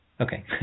Okay